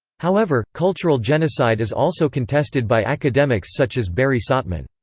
however, cultural genocide is also contested by academics such as barry sautman.